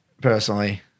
personally